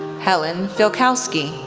helen fialkowski,